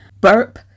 Burp